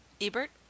Ebert